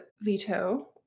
veto